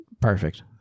Perfect